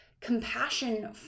compassion